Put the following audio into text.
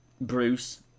Bruce